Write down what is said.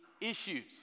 issues